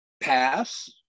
pass